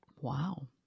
Wow